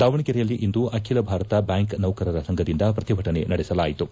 ದಾವಣಗೆರೆಯಲ್ಲಿಂದು ಅಖಿಲ ಭಾರತ ಬ್ಯಾಂಕ್ ನೌಕರರ ಸಂಘದಿಂದ ಪ್ರತಿಭಟನೆ ನಡೆಸಲಾಯಿತು